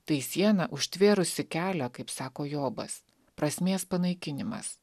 tai siena užtvėrusi kelią kaip sako jobas prasmės panaikinimas